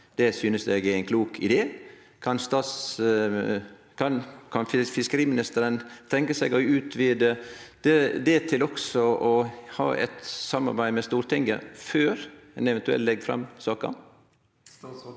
Det synest eg er ein klok idé. Kan fiskeriministeren tenkje seg å utvide det til også å ha eit samarbeid med Stortinget før ein eventuelt legg fram saka?